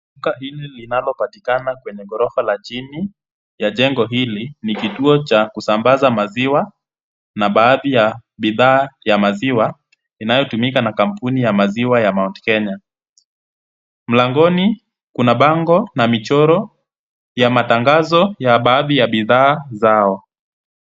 Duka hili linalopatikana kwenye ghorofa la chini ya jengo hili, ni kituo cha kusambaza maziwa na baadhi ya bidhaa ya maziwa inayotumika na kampuni ya maziwa ya Mount Kenya. Mlangoni kuna bango na michoro ya matangazo ya baadhi ya bidhaa zao.